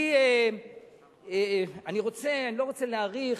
אני לא רוצה להאריך,